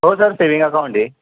हो sir saving account आहे